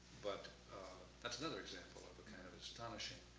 but that's another example of a kind of astonishing